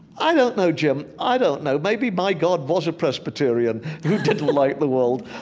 i don't know, jim, i don't know. maybe my god was a presbyterian who didn't like the world.